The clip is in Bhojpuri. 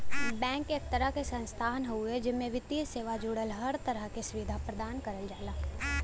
बैंक एक तरह क संस्थान हउवे जेमे वित्तीय सेवा जुड़ल हर तरह क सुविधा प्रदान करल जाला